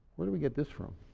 where did we get this from?